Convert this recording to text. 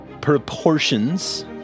proportions